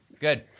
Good